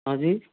हाँ जी